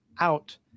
out